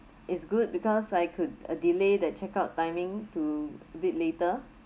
is good because I could uh delay the check out timing to a bit later